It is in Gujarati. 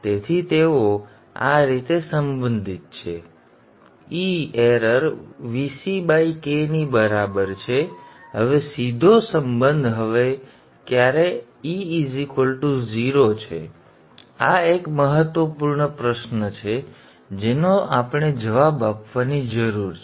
તેથી તેઓ આ રીતે સંબંધિત છે e ભૂલ Vck ની બરાબર છે હવે સીધો સંબંધ હવે ક્યારે e 0 છે હવે આ એક મહત્વપૂર્ણ પ્રશ્ન છે જેનો આપણે જવાબ આપવાની જરૂર છે